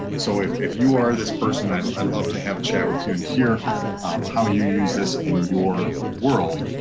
so if if you are this person, i'd i'd love to have a chat with you and hear how you use this in your world.